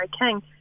King